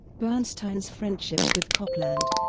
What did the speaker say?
bernstein's friendships with copland